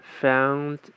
Found